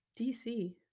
DC